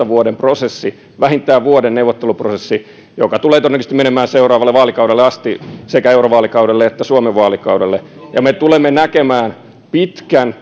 vuoden prosessi vähintään vuoden neuvotteluprosessi joka tulee todennäköisesti menemään seuraavalle vaalikaudelle asti sekä eurovaalikaudelle että suomen vaalikaudelle ja me tulemme kulkemaan pitkän